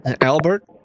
Albert